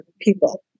people